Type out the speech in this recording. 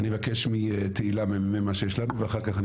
אני מבקש מתהילה מ"מ מה שיש לנו ואחר כך אני